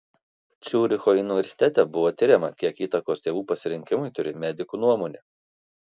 ciuricho universitete buvo tiriama kiek įtakos tėvų pasirinkimui turi medikų nuomonė